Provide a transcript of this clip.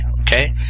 Okay